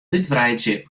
útwreidzje